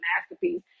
masterpiece